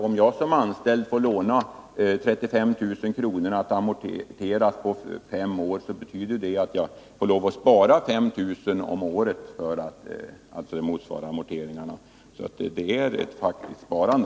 Om jag som anställd får låna 35 000 kr. att amorteras på fem år innebär det att jag får lov att amortera, alltså spara, 5 000 kr. om året. Det är alltså ett faktiskt sparande.